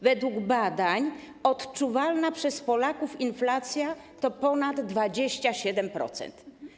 Według badań odczuwalna przez Polaków inflacja to ponad 27%.